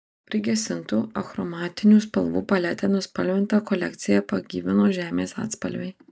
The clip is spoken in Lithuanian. prigesintų achromatinių spalvų palete nuspalvintą kolekciją pagyvino žemės atspalviai